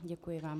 Děkuji vám.